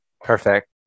Perfect